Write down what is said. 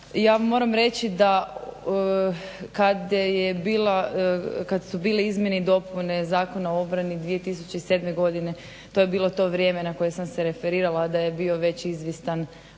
Ja moram reći kad su bile izmjene i dopune Zakona o obrani 2007. godine, to je bilo to vrijeme na koje sam se referirala da je bio već izvjestan ulazak